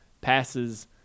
passes